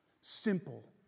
simple